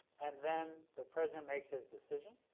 and then the president makes his decision,